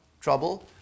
trouble